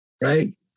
right